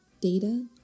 data